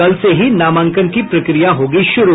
कल से ही नामांकन की प्रक्रिया होगी शुरू